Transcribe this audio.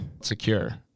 secure